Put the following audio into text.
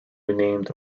renamed